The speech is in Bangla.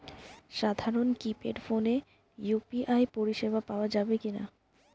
সাধারণ কিপেড ফোনে ইউ.পি.আই পরিসেবা পাওয়া যাবে কিনা?